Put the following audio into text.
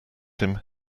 him